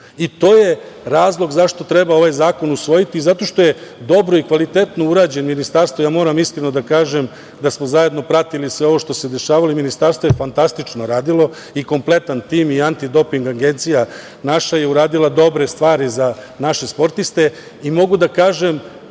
To je razlog zašto treba ovaj zakon usvojiti, zato što je dobro i kvalitetno urađen. Moram iskreno da kažem da smo zajedno pratili sve ovo što se dešavalo i Ministarstvo je fantastično radilo i kompletan tim i Antidoping agencija naša je uradila dobre stvari za naše sportiste i mogu da kažem